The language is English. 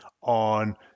on